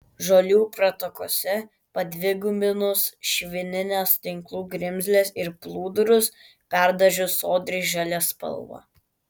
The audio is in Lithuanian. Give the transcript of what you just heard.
žolių pratakose padvigubinus švinines tinklų grimzles ir plūdurus perdažius sodriai žalia spalva